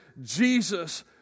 Jesus